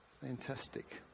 Fantastic